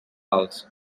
alts